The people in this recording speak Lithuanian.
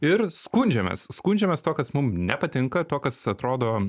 ir skundžiamės skundžiamės tuo kas mum nepatinka tuo kas atrodo